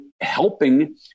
helping